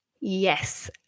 Yes